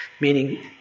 meaning